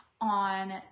on